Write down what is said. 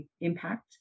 impact